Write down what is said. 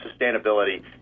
sustainability